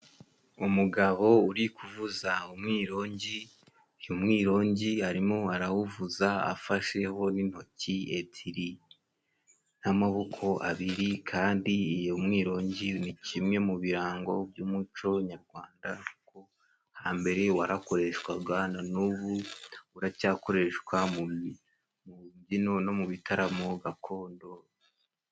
Umugabo uri kuvuza umwirongi，uyu mwirongi arimo arawuvuza afasheho n'intoki ebyiri n'amaboko abiri， kandi umwirongi ni kimwe mu birango by'umuco nyarwanda， kuko hambere warakoreshwaga na n'ubu uracyakoreshwa， mu byino no mu bitaramo gakondo.